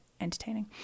entertaining